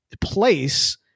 place